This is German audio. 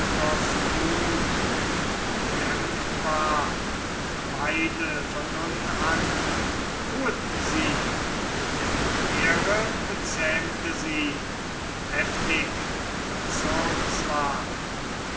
mut so gedämpft war beide von nun an ruheten sie denn here bezähmte sie heftig erzürnt zwar